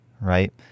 right